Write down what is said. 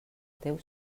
teu